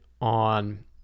on